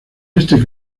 este